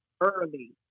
early